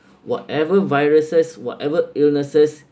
whatever viruses whatever illnesses